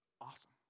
Awesome